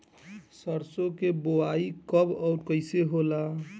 सरसो के बोआई कब और कैसे होला?